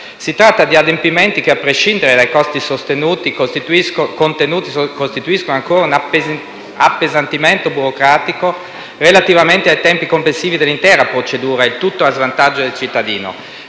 Si tratta di adempimenti che, a prescindere dai costi sostenuti, costituiscono ancora un appesantimento burocratico relativamente ai tempi complessivi dell'intera procedura, il tutto a svantaggio del cittadino.